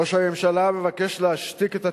ראש הממשלה מבקש להשתיק את התקשורת.